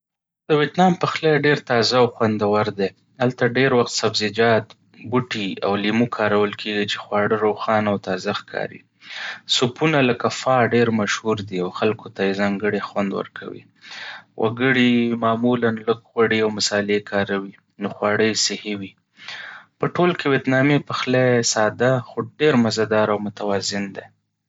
د ویتنام پخلی ډېر تازه او خوندور دی. هلته ډېر وخت سبزیجات، بوټي، او لیمو کارول کېږي چې خواړه روښانه او تازه ښکاري. سوپونه لکه فا ډېر مشهور دي او خلکو ته یې ځانګړی خوند ورکوي. وګړي معمولا لږ غوړي او مصالې کاروي، نو خواړه یې صحي وي. په ټول کې، ویتنامي پخلی ساده، خو ډېر مزيدار او متوازن دی.